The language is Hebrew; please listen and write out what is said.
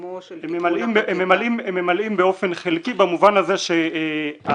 מקומו של --- הם ממלאים באופן חלקי במובן הזה שהשקיפות